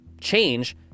change